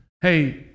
hey